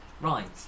Right